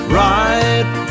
right